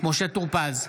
משה טור פז,